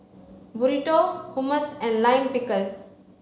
Burrito Hummus and Lime Pickle